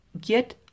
Get